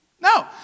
No